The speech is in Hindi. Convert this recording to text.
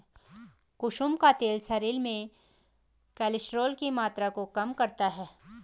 कुसुम का तेल शरीर में कोलेस्ट्रोल की मात्रा को कम करता है